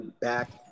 back